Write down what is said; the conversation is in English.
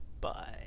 Bye